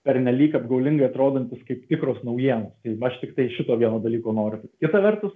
pernelyg apgaulingai atrodantis kaip tikros naujienos tai aš tiktai šito vieno dalyko noriu tik kita vertus